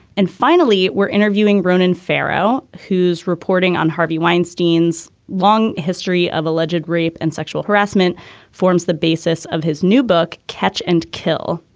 and finally we're interviewing ronan farrow whose reporting on harvey weinstein's long history of alleged rape and sexual harassment forms the basis of his new book catch and kill.